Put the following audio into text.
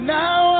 now